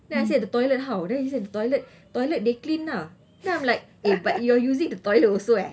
then I say the toilet how then he say the toilet toilet they clean lah then I'm like eh but you are using the toilet also eh